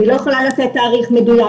אני לא יכולה לתת תאריך מדויק.